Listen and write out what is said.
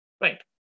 right